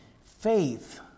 faith